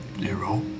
Zero